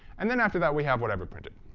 and then after that we have whatever printed.